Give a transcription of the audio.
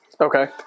Okay